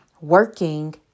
working